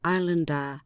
Islander